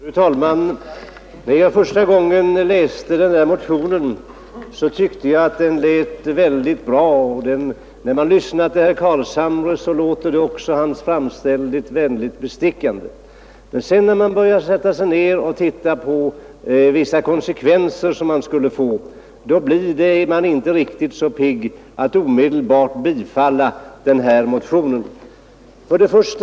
Fru talman! När jag första gången läste den här motionen tyckte jag att den lät väldigt bra, och när man lyssnar till herr Carlshamre låter också hans framställning mycket bestickande. Men när man sätter sig ned och börjar se på vissa konsekvenser som man skulle få, blir man inte så pigg på att omedelbart biträda motionen.